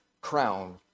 crown